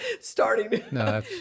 starting